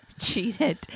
cheated